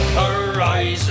horizon